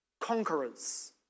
conquerors